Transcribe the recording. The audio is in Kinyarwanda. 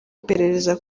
iperereza